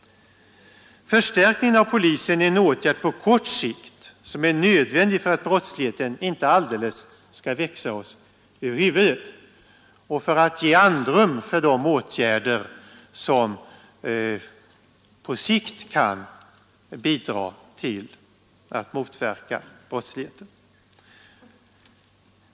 Förstärkning av polisen är en åtgärd på kort sikt som är nödvändig för att brottsligheten inte alldeles skall växa oss över huvudet och för att ge andrum för de åtgärder som på sikt kan bidra till att motverka brottsligheten.